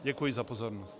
Děkuji za pozornost.